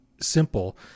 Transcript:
simple